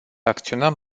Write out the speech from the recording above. acționăm